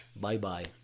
bye-bye